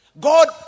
God